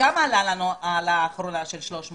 כמה עלה לנו ה-300 שקל?